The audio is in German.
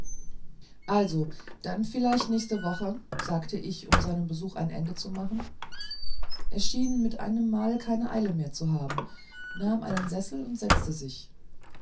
also dann vielleicht nächste woche sagte ich um seinem besuch ein ende zu machen er schien mit einem male keine eile mehr zu haben nahm einen sessel und setzte sich